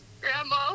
grandma